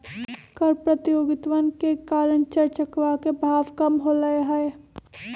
कर प्रतियोगितवन के कारण चर चकवा के भाव कम होलय है